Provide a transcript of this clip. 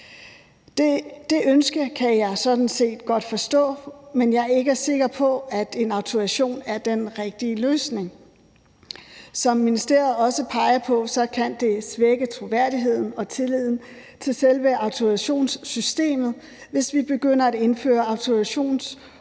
Det ønske kan jeg sådan set godt forstå, men jeg er ikke sikker på, at en autorisation er den rigtige løsning. Som ministeriet også peger på, kan det svække troværdigheden og tilliden til selve autorisationssystemet, hvis vi begynder at indføre autorisationsordninger